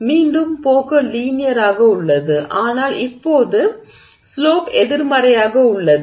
மீண்டும் போக்கு லீனியர் ஆக உள்ளது ஆனால் இப்போது ஸ்லோப் எதிர்மறையாக உள்ளது